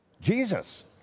Jesus